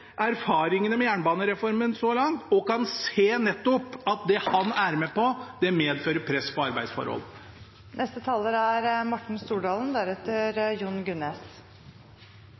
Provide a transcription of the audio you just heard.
erfaringene med jernbanereformen så langt og ser at det han er med på, medfører press på arbeidsforholdene. Når jeg nå tar ordet, er